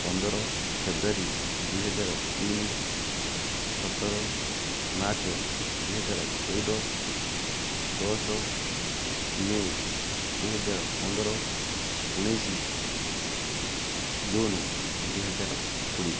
ପନ୍ଦର ଫେବୃଆରୀ ଦୁଇହଜାର ତିନି ସତର ମାର୍ଚ୍ଚ ଦୁଇହଜାର ଚଉଦ ଦଶ ମେ ଦୁଇହଜାର ପନ୍ଦର ଉଣେଇଶ ଜୁନ ଦୁଇହଜାର କୋଡ଼ିଏ